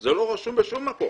זה לא רשום בשום מקום.